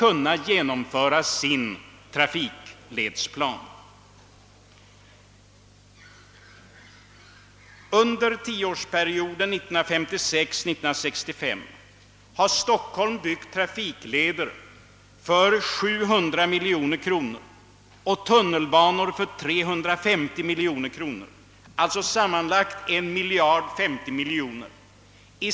Under tioårsperioden 1956—1965 har Stockholm byggt trafikleder för 700 miljoner kronor och tunnelbanor för 350 miljoner kronor, alltså sammanlagt 1050 miljoner kronor.